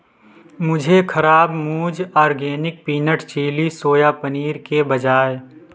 मुझे खराब मूज organic peanut chilli soya paneer के बजाय